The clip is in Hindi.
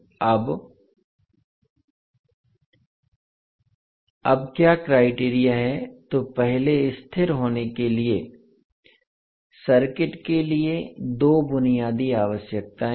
अब अब क्या क्राइटेरिया हैं तो पहले स्थिर होने के लिए सर्किट के लिए दो बुनियादी आवश्यकताएं हैं